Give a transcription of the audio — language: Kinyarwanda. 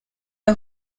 aho